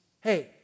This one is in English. Hey